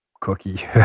Cookie